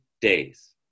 days